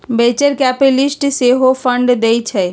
venture capitalist सेहो fund देइ छइ